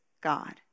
God